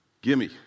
Gimme